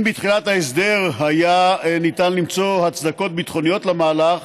אם בתחילת ההסדר היה ניתן למצוא הצדקות ביטחוניות למהלך,